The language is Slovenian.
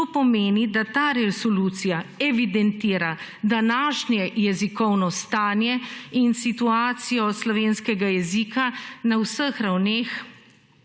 To pomeni, da ta resolucija evidentira današnje jezikovno stanje in situacijo slovenskega jezika na vseh ravneh